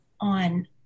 on